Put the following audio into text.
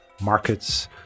markets